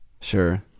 sure